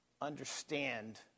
understand